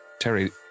Terry